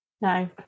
No